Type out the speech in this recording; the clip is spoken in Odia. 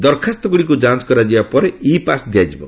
ଦରଖାସ୍ତଗୁଡ଼ିକ ଯାଞ୍ଚ କରାଯିବା ପରେ ଇ ପାସ୍ ଦିଆଯିବ